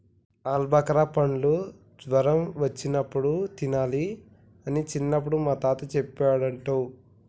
ఆల్బుకార పండ్లు జ్వరం వచ్చినప్పుడు తినాలి అని చిన్నపుడు మా తాత చెప్పేటోడు